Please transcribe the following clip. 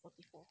forty four